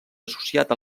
associat